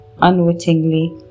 unwittingly